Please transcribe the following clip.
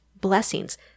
blessings –